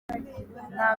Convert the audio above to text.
nta